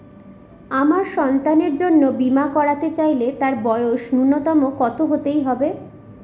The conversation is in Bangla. আমার সন্তানের জন্য বীমা করাতে চাইলে তার বয়স ন্যুনতম কত হতেই হবে?